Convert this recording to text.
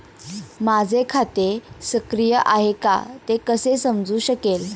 माझे खाते सक्रिय आहे का ते कसे समजू शकेल?